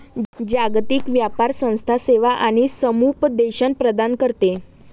जागतिक व्यापार संस्था सेवा आणि समुपदेशन प्रदान करते